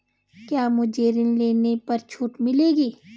क्या मुझे ऋण लेने पर छूट मिलेगी?